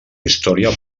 història